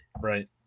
Right